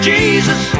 Jesus